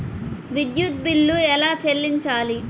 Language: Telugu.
విద్యుత్ బిల్ ఎలా చెల్లించాలి?